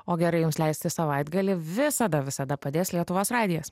o gerai jums leisti savaitgalį visada visada padės lietuvos radijas